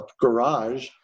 garage